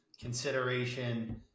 consideration